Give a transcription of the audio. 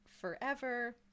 forever